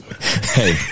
hey